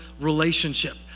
relationship